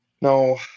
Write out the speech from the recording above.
No